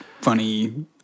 funny